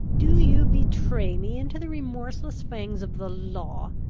do you betray me into the remorseless fangs of the law,